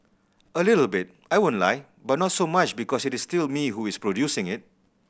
a little bit I won't lie but not so much because it is still me who is producing it